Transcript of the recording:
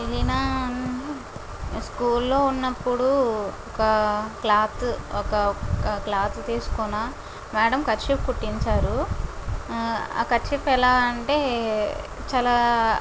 అయినా స్కూల్ లో ఉన్నప్పుడు ఒక క్లాత్ ఒక క్లాత్ తీసుకొన్న మ్యాడం కర్చీఫ్ కుటించారు ఆ కర్చీఫ్ ఎలా అంటే యె చాల